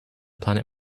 planet